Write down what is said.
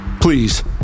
Please